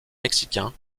mexicain